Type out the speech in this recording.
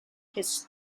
his